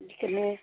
बिखौनो